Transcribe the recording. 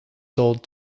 sold